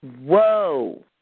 whoa